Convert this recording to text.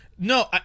No